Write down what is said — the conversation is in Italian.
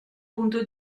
punto